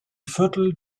viertel